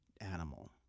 animal